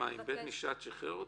-- אם בית משפט שחרר אותו?